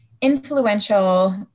influential